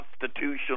constitutional